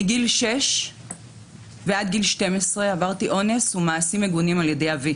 מגיל שש ועד גיל 12 עברתי אונס ומעשים מגונים על ידי אבי.